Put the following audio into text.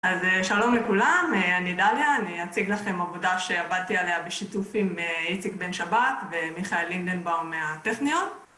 אז שלום לכולם, אני דליה, אני אציג לכם עבודה שעבדתי עליה בשיתוף עם איציק בן שבת ומיכאל לינדנבאום מהטכניון.